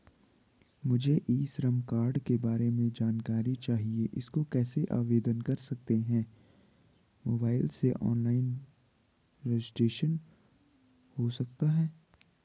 मुझे e Shram card के बारे में जानकारी चाहिए इसको कैसे आवेदन कर सकते हैं मोबाइल से ऑनलाइन रजिस्ट्रेशन हो सकता है?